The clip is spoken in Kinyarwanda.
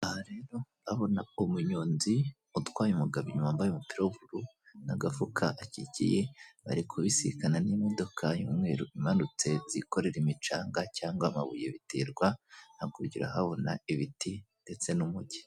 Aha rero ndahabona umunyonzi utwaye umugabo inyuma wambaye umupira w'ubururu n'agafuka akikiye ari kubisikana n'imodoka y'umweru imanutse zikorera umucanga cyangwa amabuye biterwa, hakurya urahabona ibiti ndetse n'umugi.